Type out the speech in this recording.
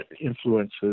influences